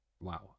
Wow